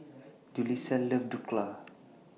Julissa loves Dhokla